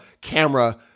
camera